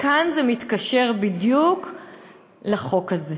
וכאן זה מתקשר בדיוק לחוק הזה,